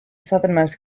southernmost